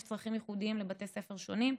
יש צרכים ייחודיים לבתי ספר שונים,